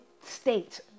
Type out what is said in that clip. state